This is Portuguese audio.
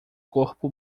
corpo